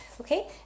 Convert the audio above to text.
Okay